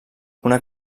una